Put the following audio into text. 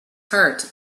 heart